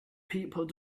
people